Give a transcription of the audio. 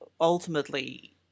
ultimately